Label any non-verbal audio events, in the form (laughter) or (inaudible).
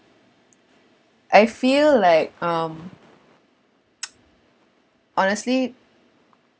I feel like um (noise) honestly